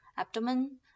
abdomen